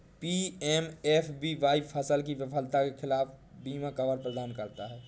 PMFBY फसल की विफलता के खिलाफ बीमा कवर प्रदान करता है